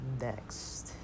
next